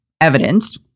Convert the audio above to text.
evidence